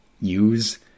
use